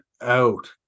out